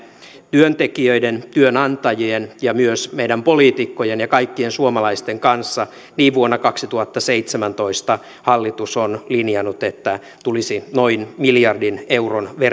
työntekijöiden työnantajien ja myös meidän poliitikkojen ja kaikkien suomalaisten kanssa niin vuonna kaksituhattaseitsemäntoista hallitus on linjannut että tulisi noin miljardin euron